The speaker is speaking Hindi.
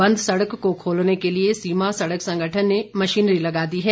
बंद सड़क को खोलने के लिए सीमा सड़क संगठन ने मशीनरी लगा दी है